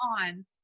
on